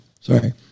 Sorry